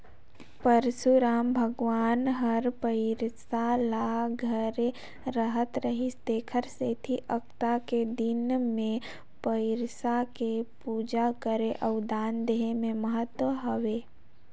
परसुराम भगवान हर फइरसा ल धरे रहत रिहिस तेखर सेंथा अक्ती के दिन मे फइरसा के पूजा करे अउ दान देहे के महत्ता हवे